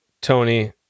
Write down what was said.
Tony